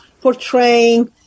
portraying